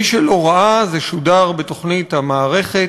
מי שלא ראה, זה שודר בתוכנית "המערכת"